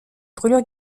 brûlures